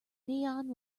neon